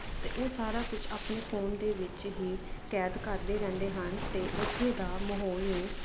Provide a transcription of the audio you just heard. ਅਤੇ ਉਹ ਸਾਰਾ ਕੁਛ ਆਪਣੇ ਫੋਨ ਦੇ ਵਿੱਚ ਹੀ ਕੈਦ ਕਰਦੇ ਰਹਿੰਦੇ ਹਨ ਅਤੇ ਉੱਥੇ ਦਾ ਮਾਹੌਲ ਨੂੰ